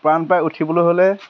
প্ৰাণ পাই উঠিবলৈ হ'লে